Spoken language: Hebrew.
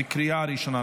לקריאה הראשונה.